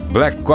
Black